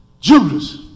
Judas